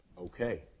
okay